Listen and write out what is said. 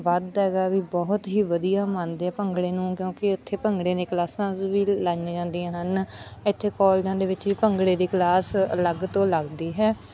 ਵੱਧ ਹੈਗਾ ਵੀ ਬਹੁਤ ਹੀ ਵਧੀਆ ਮੰਨਦੇ ਆ ਭੰਗੜੇ ਨੂੰ ਕਿਉਂਕਿ ਉੱਥੇ ਭੰਗੜੇ ਨੇ ਕਲਾਸਾਸ ਵੀ ਲਾਈਆਂ ਜਾਂਦੀਆਂ ਹਨ ਇੱਥੇ ਕਾਲਜਾਂ ਦੇ ਵਿੱਚ ਵੀ ਭੰਗੜੇ ਦੀ ਕਲਾਸ ਅਲੱਗ ਤੋਂ ਲੱਗਦੀ ਹੈ